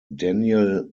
daniel